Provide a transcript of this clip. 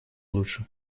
лучше